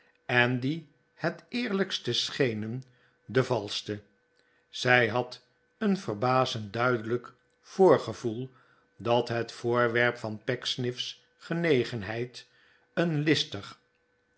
en die het eerlijkste schenen de valschte zij had een verbazend duidelijk voorgevoel dat het voorwerp van pecksniff's genegenheid een listig